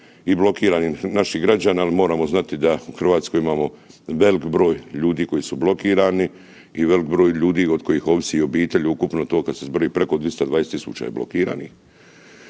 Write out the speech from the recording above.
i blokiranih naših građana, ali moramo znati da u Hrvatskoj imamo velik broj ljudi koji su blokirani i velik broj ljudi od kojih ovisi obitelj, ukupno to kad se zbroji preko 220.000 je blokiranih,